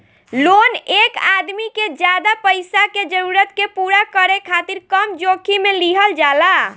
loan एक आदमी के ज्यादा पईसा के जरूरत के पूरा करे खातिर कम जोखिम में लिहल जाला